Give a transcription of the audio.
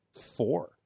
four